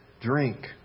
drink